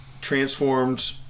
transformed